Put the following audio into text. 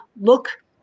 look